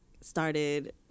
started